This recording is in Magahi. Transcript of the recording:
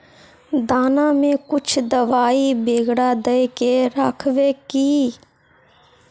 दाना में कुछ दबाई बेगरा दय के राखबे की?